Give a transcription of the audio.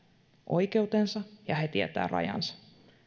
oikeutensa ja he tietävät rajansa